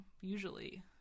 usually